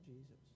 Jesus